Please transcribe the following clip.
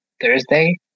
Thursday